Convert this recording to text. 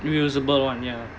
reusable one ya